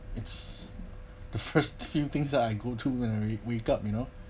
it's the first few things that I go through when I re~ wake up you know